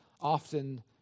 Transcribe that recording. often